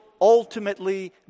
ultimately